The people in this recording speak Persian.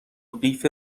قیف